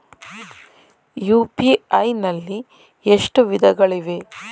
UPI ನಲ್ಲಿ ಎಷ್ಟು ವಿಧಗಳಿವೆ?